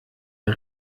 der